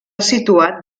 situat